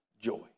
joy